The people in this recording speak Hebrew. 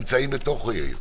נמצאים בתוכו.